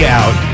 out